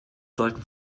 sollten